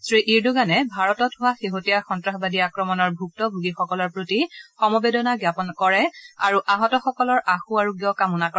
শ্ৰীইৰ্ডোগানে ভাৰতত হোৱা শেহতীয়া সন্তাসবাদী আক্ৰমণৰ ভুক্তভোগীসকলৰ প্ৰতি সমবেদনা জাপন কৰে আৰু আহতসকলৰ আশু আৰোগ্য কামনা কৰে